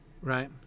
right